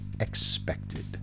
expected